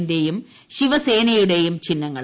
ന്റെയും ശിവസേനയുടെ ചിഹ്നങ്ങൾ